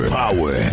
power